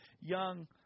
young